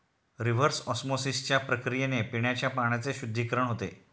reverse ऑस्मॉसिसच्या प्रक्रियेने पिण्याच्या पाण्याचे शुद्धीकरण होते